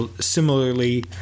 similarly